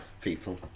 people